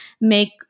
make